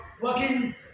working